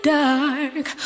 dark